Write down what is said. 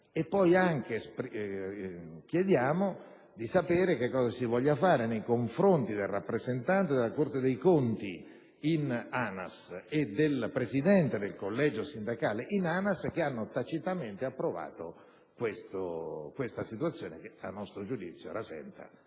Chiediamo altresì di sapere cosa si voglia fare nei confronti del rappresentante della Corte dei conti presso l'ANAS e del presidente del Collegio sindacale dell'ANAS, che hanno tacitamente approvato questa situazione che - a nostro giudizio - rasenta